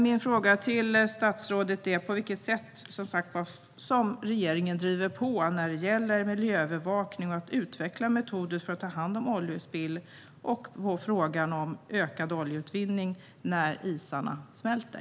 Min fråga till statsrådet är: På vilket sätt driver regeringen på när det gäller miljöövervakning och att utveckla metoder för att ta hand om oljespill samt frågan om ökad oljeutvinning när isarna smälter?